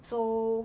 so